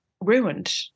Ruined